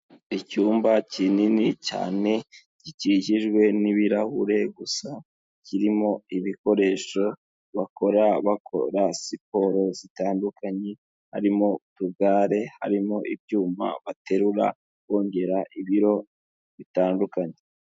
Icyumba kinini cyane gikikijwe n'ibirahure gusa, kirimo ibikoresho bakora, bakora siporo zitandukanye, harimo utugare harimo ibyuma baterura, kongera ibiro bitandukanye.